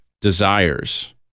desires